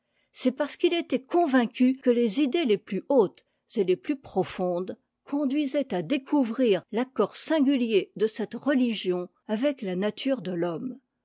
c'est parce qu'il était convaincu que les idées les plus hautes et les plus profondes conduisaient à découvrir l'accord singulier de cette religion avec la nature de l'homme